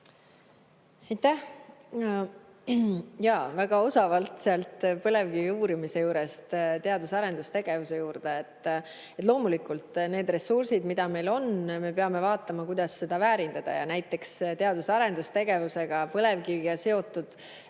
Aitäh! Väga osavalt sealt põlevkivi uurimise juurest teadus- ja arendustegevuse juurde. Loomulikult nende ressursside puhul, mida meil on, me peame vaatama, kuidas neid väärindada. Näiteks teadus- ja arendustegevuses põlevkiviga seotud